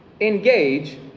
engage